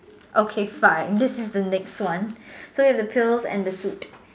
okay fine this is the next one so you have the pills and the suit